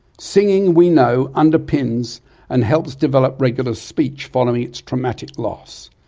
singing we know underpins and helps develop regular speech following its traumatic loss.